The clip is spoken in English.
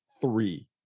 three